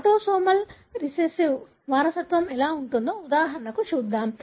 autosomal recessive వారసత్వం ఎలా ఉంటుందో ఉదాహరణగా చూద్దాం